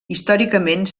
històricament